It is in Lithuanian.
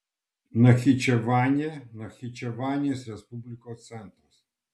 nachičevanė nachičevanės respublikos centras